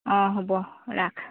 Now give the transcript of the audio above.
অঁ হ'ব ৰাখ